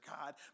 God